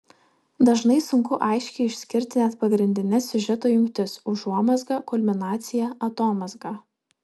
dažnai sunku aiškiai išskirti net pagrindines siužeto jungtis užuomazgą kulminaciją atomazgą